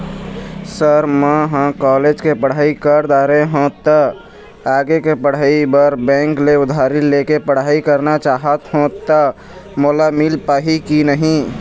Sir म ह college के पढ़ाई कर दारें हों ता आगे के पढ़ाई बर बैंक ले उधारी ले के पढ़ाई करना चाहत हों ता मोला मील पाही की नहीं?